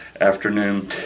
afternoon